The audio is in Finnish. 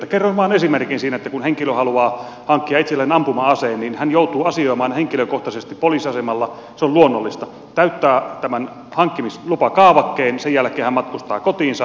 kerron vain esimerkin siitä että kun henkilö haluaa hankkia itselleen ampuma aseen niin hän joutuu asioimaan henkilökohtaisesti poliisiasemalla se on luonnollista täyttää tämän hankkimislupakaavakkeen sen jälkeen hän matkustaa kotiinsa